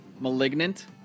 malignant